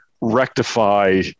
rectify